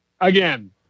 again